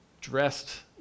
dressed